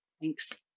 Thanks